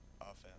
offense